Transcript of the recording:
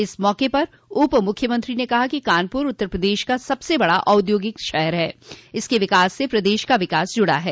इस मौके पर उप मुख्यमंत्री ने कहा कि कानपुर उत्तर प्रदेश का सबसे बड़ा औद्योगिक शहर है इसके विकास से प्रदेश का विकास जुड़ा है